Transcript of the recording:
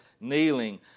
kneeling